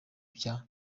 bya